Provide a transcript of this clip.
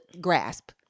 grasp